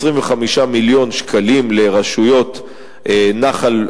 25 מיליון שקלים לרשויות נחל,